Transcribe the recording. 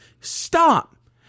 Stop